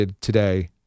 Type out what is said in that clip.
today